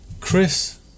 Chris